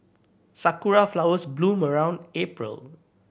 sakura flowers bloom around April